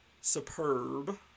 superb